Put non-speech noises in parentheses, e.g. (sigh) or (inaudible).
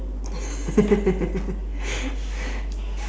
(laughs)